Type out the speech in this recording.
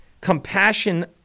compassion